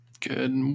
good